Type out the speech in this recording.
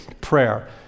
prayer